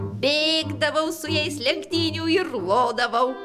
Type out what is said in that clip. bėgdavau su jais lenktynių ir lodavau